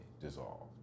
dissolved